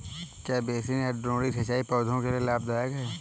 क्या बेसिन या द्रोणी सिंचाई पौधों के लिए लाभदायक है?